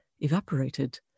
evaporated